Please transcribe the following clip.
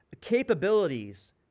capabilities